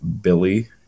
Billy